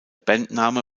bandname